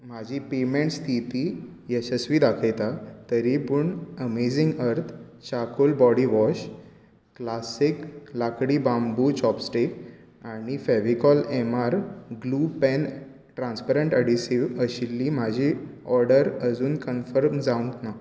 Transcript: म्हजी पेमेंट स्थिती यशस्वी दाखयता तरीपूण amazing earth charcoal body wash classic लाकडी बांबूची चॉपस्टीक आनी Fevicol M R glue pen transparent adhesive आशिल्ली म्हजी ऑर्डर अजून कन्फर्म जावंक ना